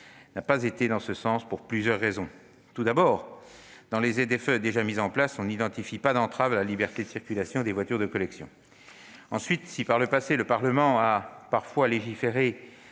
se prononcer en ce sens pour plusieurs raisons. Tout d'abord, dans les ZFE déjà mises en place, on n'identifie pas d'entrave à la liberté de circulation des voitures de collection. Ensuite, si par le passé, le Parlement a parfois légiféré